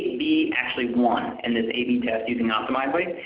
b actually won in this a, b test using optimizely.